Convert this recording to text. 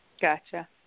Gotcha